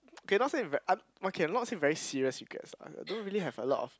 okay not say very okay I'm not say very serious regrets lah I don't really have a lot of